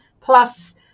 plus